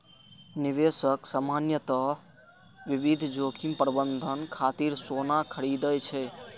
निवेशक सामान्यतः विविध जोखिम प्रबंधन खातिर सोना खरीदै छै